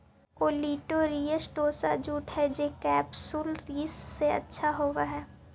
olitorius टोसा jute हई जे केपसुलरिस से अच्छा होवऽ हई